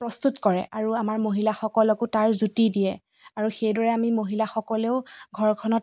প্ৰস্তুত কৰে আৰু আমাৰ মহিলাসকলকো তাৰ জুতি দিয়ে আৰু সেইদৰে আমি মহিলাসকলেও ঘৰখনত